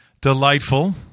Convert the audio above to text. delightful